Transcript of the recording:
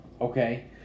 Okay